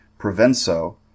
Provenzo